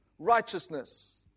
Righteousness